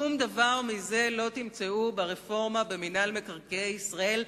שום דבר מזה לא תמצאו ברפורמה במינהל מקרקעי ישראל.